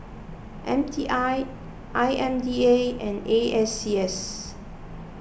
M T I I M D A and A S C S